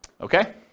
okay